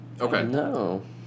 Okay